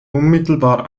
unmittelbar